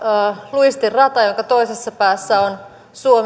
luistinrata jonka toisessa päässä ovat suomi